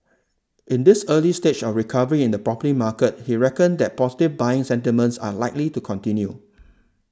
in this early stage of recovery in the property market he reckoned that positive buying sentiments are likely to continue